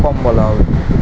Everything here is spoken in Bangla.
কম বলা হয়